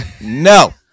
No